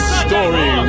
story